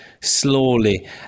slowly